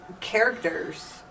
characters